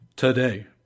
Today